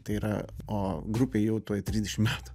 tai yra o grupei jau tuoj trisdešim metų